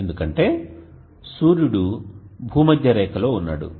ఎందుకంటే సూర్యుడు భూమధ్య రేఖలో ఉన్నాడు